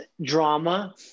drama